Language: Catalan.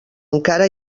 encara